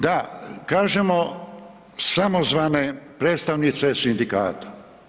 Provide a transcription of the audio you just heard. Da, kažemo, samozvane predstavnice sindikata.